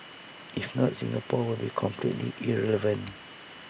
if not Singapore would be completely irrelevant